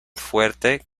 fuerte